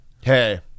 Hey